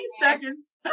seconds